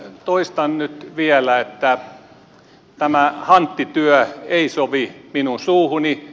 toistan nyt vielä että tämä hanttityö ei sovi minun suuhuni